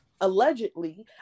allegedly